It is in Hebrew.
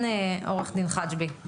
בבקשה, עו"ד חג'בי.